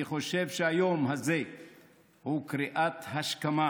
אני חושב שהיום הזה הוא קריאת השכמה